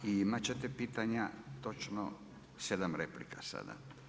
I imat ćete pitanja točno 7 replika sada.